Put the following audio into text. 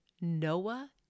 Noah